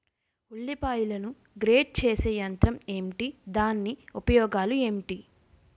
ఉల్లిపాయలను గ్రేడ్ చేసే యంత్రం ఏంటి? దాని ఉపయోగాలు ఏంటి?